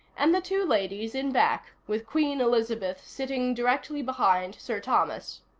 and the two ladies in back, with queen elizabeth sitting directly behind sir thomas.